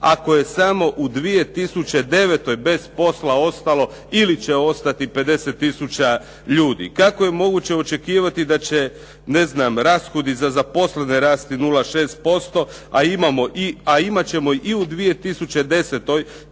ako je samo u 2009. bez posla ostalo ili će ostati 50 tisuća ljudi. Kako je moguće očekivati da će rashodi za zaposlene rasti 0,6%, a imat ćemo i u 2010.